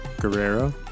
Guerrero